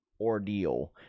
ordeal